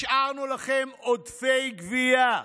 השארנו לכם עודפי גבייה.